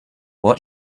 what